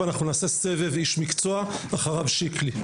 אנחנו נעשה סביב איש מקצוע ואחריו שיקלי.